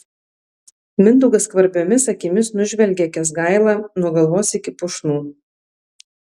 mindaugas skvarbiomis akimis nužvelgia kęsgailą nuo galvos iki pušnų